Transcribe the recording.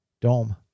dome